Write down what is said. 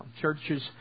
Churches